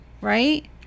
right